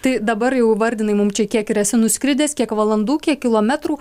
tai dabar jau įvardinai mum čia kiek ir esi nuskridęs kiek valandų kiek kilometrų